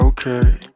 Okay